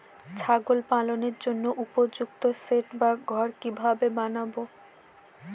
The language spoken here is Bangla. ছাগল পালনের জন্য উপযুক্ত সেড বা ঘর কিভাবে বানাবো?